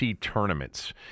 tournaments